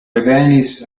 revenis